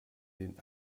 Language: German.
den